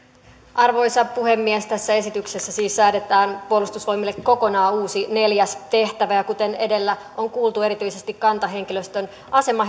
arvoisa puhemies tässä esityksessä siis säädetään puolustusvoimille kokonaan uusi neljäs tehtävä ja kuten edellä on kuultu erityisesti kantahenkilöstön asema